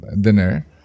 dinner